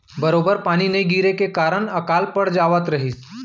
बरोबर पानी नइ गिरे के कारन अकाल पड़ जावत रहिस